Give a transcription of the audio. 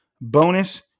Bonus